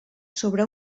sobre